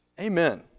Amen